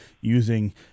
using